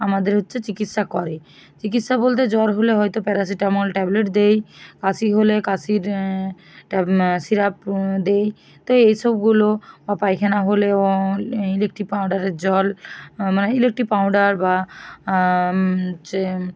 আমাদের হচ্ছে চিকিৎসা করে চিকিৎসা বলতে জ্বর হলে হয়তো প্যারাসিটামল ট্যাবলেট দিই কাশি হলে কাশির ট্যাব সিরাপ দিই তো এইসবগুলো বা পায়খানা হলেও ইলেকটিব পাউডারের জল মানে ইলেকটিব পাউডার বা হচ্ছে